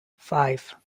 five